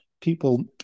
people